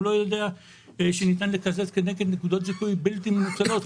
והוא לא יודע שניתן לקזז כנגד נקודות זיכוי בלתי מנוצלות.